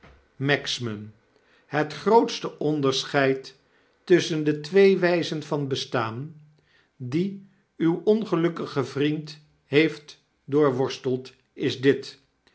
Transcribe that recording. magsman het grootste onderscheid tusschen de twee wyzen van bestaan die uw ongelukkige vriend heeft doorworsteld is dit